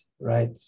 right